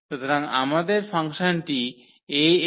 সুতরাং আমাদের ফাংশনটি Ax এর মতো